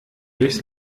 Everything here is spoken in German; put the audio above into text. durchs